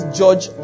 judge